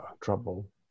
trouble